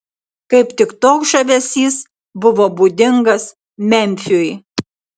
kaip tik toks žavesys buvo būdingas memfiui